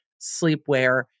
sleepwear